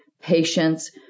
patients